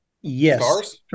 Yes